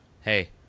hey